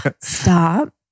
Stop